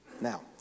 Now